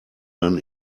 dann